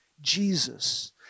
Jesus